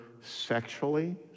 sexually